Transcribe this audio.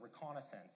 reconnaissance